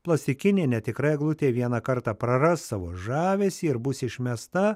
plastikinė netikra eglutė vieną kartą praras savo žavesį ir bus išmesta